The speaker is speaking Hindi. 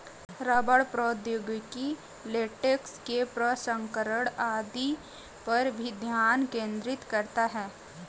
रबड़ प्रौद्योगिकी लेटेक्स के प्रसंस्करण आदि पर भी ध्यान केंद्रित करता है